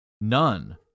None